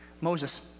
Moses